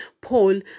Paul